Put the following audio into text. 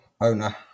owner